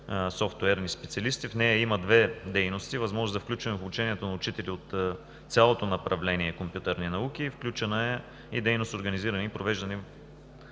софтуерни специалисти. В нея има две дейности – възможност за включване в обучението на учители от цялото направление компютърни науки и организиране и провеждане